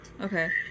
okay